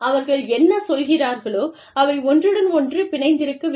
அவர்கள் என்ன சொல்கிறார்களோ அவை ஒன்றுடன் ஒன்று பிணைந்திருக்கவில்லை